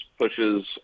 pushes